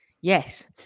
Yes